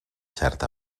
cert